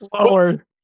lower